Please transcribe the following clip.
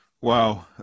Wow